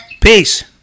Peace